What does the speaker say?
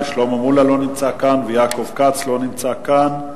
שלמה מולה לא נמצא כאן ויעקב כץ לא נמצא כאן.